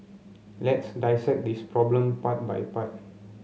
let's dissect this problem part by part